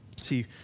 See